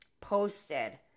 posted